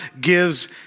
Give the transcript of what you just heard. gives